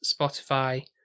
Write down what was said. spotify